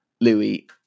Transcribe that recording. Louis